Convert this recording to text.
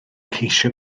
ceisio